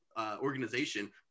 organization